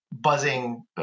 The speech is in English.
buzzing